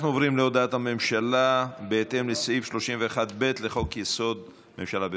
אנחנו עוברים להודעת הממשלה בהתאם לסעיף 31(ב) לחוק-יסוד: הממשלה.